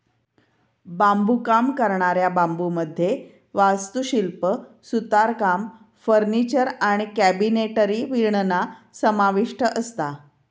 बांबुकाम करणाऱ्या बांबुमध्ये वास्तुशिल्प, सुतारकाम, फर्निचर आणि कॅबिनेटरी विणणा समाविष्ठ असता